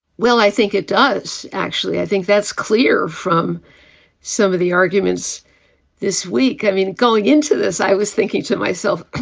well, i think it does, actually. i think that's clear from some of the arguments this week. i mean, going into this, i was thinking to myself,